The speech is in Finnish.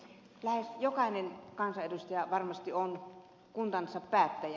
lähes jokainen kansanedustaja varmasti on kuntansa päättäjä